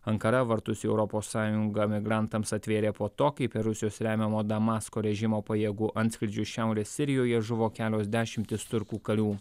ankara vartus į europos sąjungą migrantams atvėrė po to kai per rusijos remiamo damasko režimo pajėgų antskrydžius šiaurės sirijoje žuvo kelios dešimtys turkų karių